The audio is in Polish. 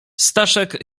staszek